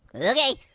okay,